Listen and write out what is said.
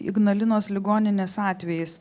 ignalinos ligoninės atvejis